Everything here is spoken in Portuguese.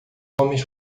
homens